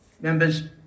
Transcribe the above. Members